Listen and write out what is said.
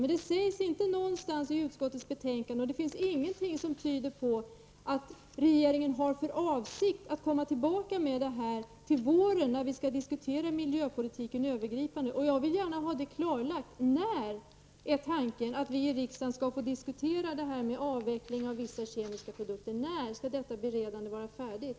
Men det sägs ingenting om den saken i betänkandet, och det finns inte någonting som tyder på att regeringen har för avsikt att komma tillbaka till detta till våren, när vi skall ha en övergripande diskussion om miljöpolitiken. Jag vill gärna ha ett klarläggande här. När är det tänkt att vi i riksdagen skall få diskutera detta med avvecklingen av vissa kemiska produkter? När skall detta beredande vara färdigt?